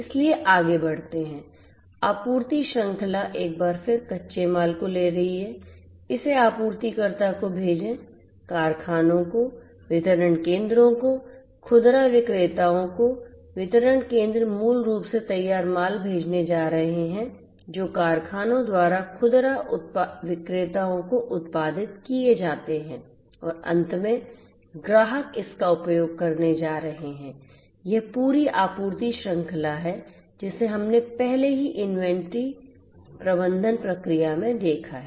इसलिए आगे बढ़ते हैं आपूर्ति श्रृंखला एक बार फिर कच्चे माल को ले रही है इसे आपूर्तिकर्ता को भेजें कारखाने को वितरण केंद्रों को खुदरा विक्रेताओं को वितरण केंद्र मूल रूप से तैयार माल भेजने जा रहे हैं जो कारखानों द्वारा खुदरा विक्रेताओं को उत्पादित किए जाते हैं और अंत में ग्राहक इसका उपयोग करने जा रहे हैं यह पूरी आपूर्ति श्रृंखला है जिसे हमने पहले ही इन्वेंट्री प्रबंधन प्रक्रिया में देखा है